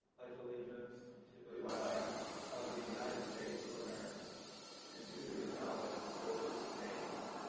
pledge allegiance to the flag of the united states of america and to the republic for which it stands.